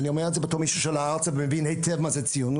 ואני אומר את זה בתור מישהו שעלה ארצה ומבין היטב מה זו ציונות,